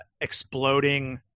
exploding